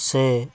ସେ